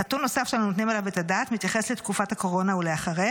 נתון נוסף שאנו נותנים עליו את הדעת מתייחס לתקופת הקורונה ולאחריה,